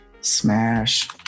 Smash